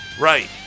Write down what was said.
Right